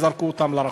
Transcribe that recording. וזרקו אותם לרחוב.